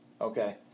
Okay